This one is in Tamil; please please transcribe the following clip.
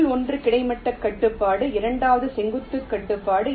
முதல் ஒன்று கிடைமட்ட கட்டுப்பாடு இரண்டாவது செங்குத்து கட்டுப்பாடு